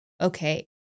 okay